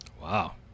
Wow